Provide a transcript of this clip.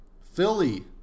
Philly